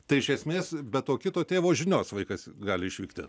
tai iš esmės be to kito tėvo žinios vaikas gali išvykti